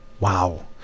Wow